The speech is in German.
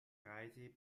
reise